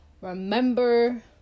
remember